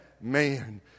man